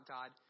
God